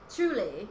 Truly